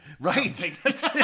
Right